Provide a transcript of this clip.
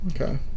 Okay